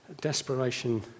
desperation